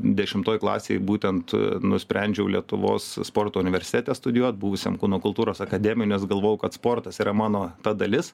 dešimtoj klasėj būtent nusprendžiau lietuvos sporto universitete studijuot buvusiam kūno kultūros akademinės galvojau kad sportas yra mano ta dalis